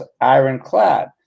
ironclad